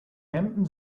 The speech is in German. hemden